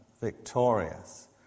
victorious